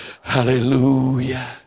Hallelujah